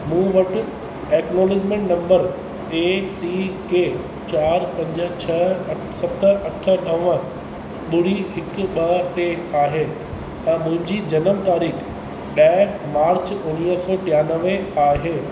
मूं वटि acknowledgement number A C K चारि पंज छ अ सत अठ नव ॿुड़ी हिकु ॿ टे आहे ऐं मुहिंजी जनम तारिख़ ॾह मार्च उणिवीह सौ टियानवे आहे